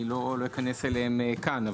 לא אכנס אליהם כאן.